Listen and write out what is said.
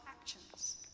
actions